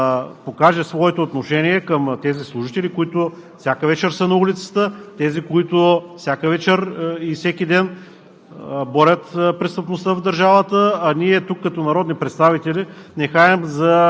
Аз не виждам каква е причината тук и сега този парламент да покаже своето отношение към тези служители, които всяка вечер са на улицата, тези, които всяка вечер и всеки ден